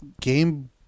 Game